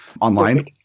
online